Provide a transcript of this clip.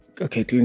okay